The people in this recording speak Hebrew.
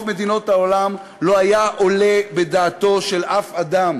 מדינות העולם לא היה עולה בדעתו של אף אדם